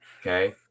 Okay